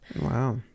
Wow